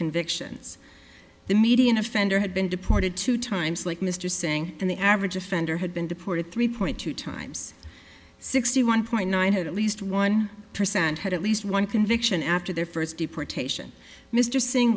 convictions the median offender had been deported two times like mr singh and the average offender had been deported three point two times sixty one point nine had at least one percent had at least one conviction after their first deportation mr sing